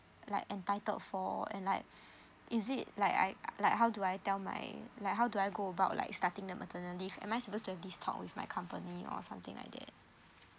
like entitled for and like is it like I like how do I tell my like how do I go about like starting the maternal leave am I supposed to have this talk with my company or something like that